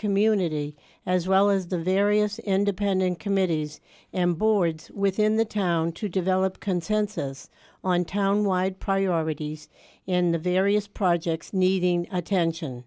community as well as the various independent committees and boards within the town to develop consensus on town wide priorities in the various projects needing attention